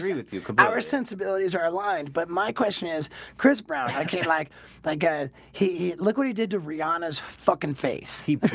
with you from our sensibilities are aligned but my question is chris brown i can't like like a he look what he did to rihanna's fucking face he